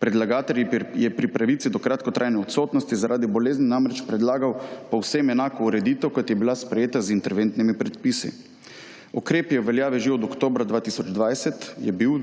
Predlagatelj je pri pravici do kratkotrajne odsotnosti zaradi bolezni namreč predlagal povsem enako ureditev kot je bila sprejeta z interventnimi predpisi. Ukrep je v veljavi že od oktobra 2020, je bil,